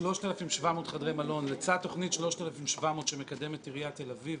3,700 חדרי מלון לצד תוכנית 3,700 שמקדמת עיריית תל אביב.